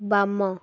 ବାମ